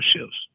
shifts